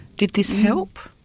did this help?